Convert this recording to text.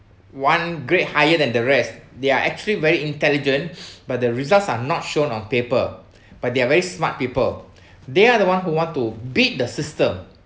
one grade higher than the rest they are actually very intelligent but the results are not shown on paper but they're very smart people they are the one who want to beat the system